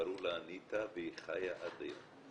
קראו לה אניטה והיא חיה עד היום.